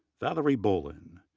valerie bollin,